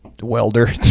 welder